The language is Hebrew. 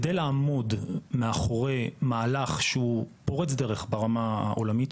על מנת לעמוד מאחורי מהלך שהוא פורץ דרך ברמה העולמית,